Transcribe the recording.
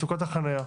מצוקת החניה.